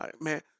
Man